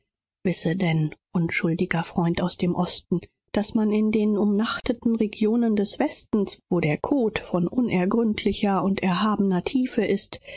wisse denn unschuldiger östlicher freund daß in den gesegneten regionen des westens wo der koth von sublimer unergründlicher tiefe ist